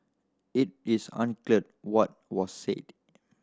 it is unclear what was said